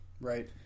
Right